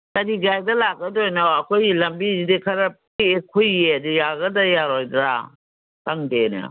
ꯀꯔꯤ ꯒꯥꯔꯤꯗ ꯂꯥꯛꯀꯗꯣꯏꯅꯣ ꯑꯩꯈꯣꯏꯒꯤ ꯂꯝꯕꯤꯁꯤꯗꯤ ꯈꯔ ꯄꯤꯛꯏ ꯈꯨꯏꯌꯦ ꯌꯥꯒꯗ꯭ꯔꯥ ꯌꯥꯔꯣꯏꯗ꯭ꯔꯥ ꯈꯪꯗꯦꯅꯦ